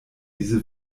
diese